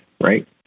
right